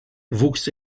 wuchs